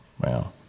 Wow